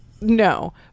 No